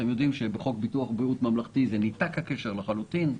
אתם יודעים שבחוק ביטוח בריאות ממלכתי ניתק הקשר לחלוטין.